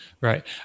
Right